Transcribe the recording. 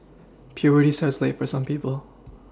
puberty starts late for some people